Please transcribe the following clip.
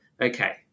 okay